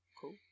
Cool